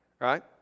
right